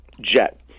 jet